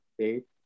date